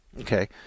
Okay